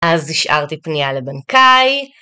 אז השארתי פנייה לבנקאי.